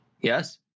Yes